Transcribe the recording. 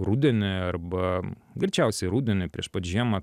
rudenį arba greičiausiai rudenį prieš pat žiemą